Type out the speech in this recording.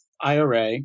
IRA